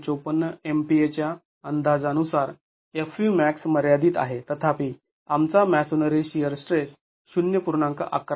२५४ MPa च्या अंदाजानुसार F v max मर्यादित आहे तथापि आमचा मॅसोनरी शिअर स्ट्रेस ०